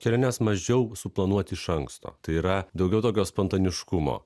keliones mažiau suplanuoti iš anksto tai yra daugiau tokio spontaniškumo